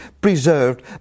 preserved